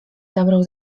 zabrał